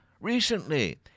recently